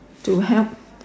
to help